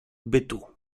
bytu